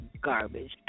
garbage